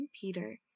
Peter